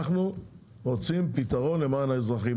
אנחנו רוצים פתרון למען האזרחים,